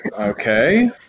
Okay